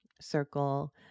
circle